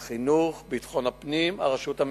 החינוך, ביטחון הפנים והרשות המקומית.